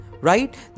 Right